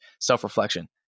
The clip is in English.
self-reflection